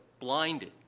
blinded